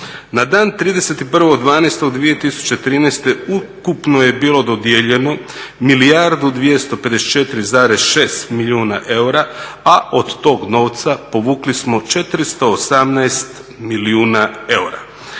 Na dan 31.12.2013. ukupno je bilo dodijeljeno 1 milijarda 254,6 milijuna eura a od tog novca povukli smo 418 milijuna eura